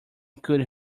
could